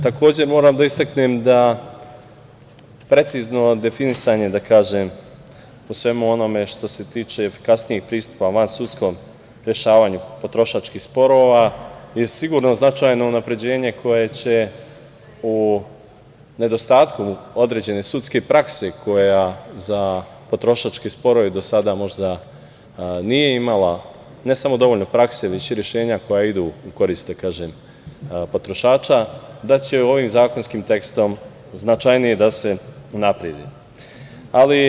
Takođe, moram da istaknem da precizno definisanje, da kažem, o svemu onome što se tiče efikasnijeg pristupa vansudskom rešavanju potrošačkih sporova je sigurno značajno unapređenje koje će u nedostatku određene sudske prakse koja za potrošačke sporove do sada možda nije imala ne samo dovoljno prakse, već i rešenja koja idu u korist potrošača, da će ovim zakonskim tekstom značajnije da se unaprede.